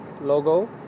logo